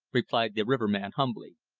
replied the riverman humbly.